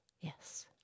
Yes